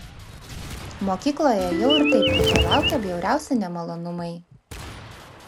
mokykloje jau ir taip rytoj laukė bjauriausi nemalonumai